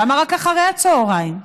למה רק אחרי הצוהריים?